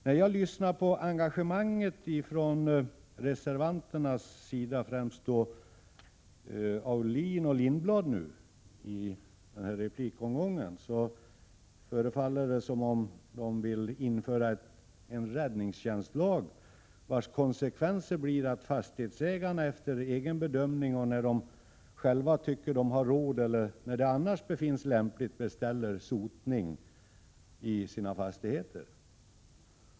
När jag lyssnade på Olle Aulin och Hans Lindblad fick jag det intrycket att de vill införa en räddningstjänstlag som får till konsekvens att fastighetsägarna efter egen bedömning och när de själva anser sig har råd därtill eller annars finner det lämpligt beställer sotning av sina fastigheter.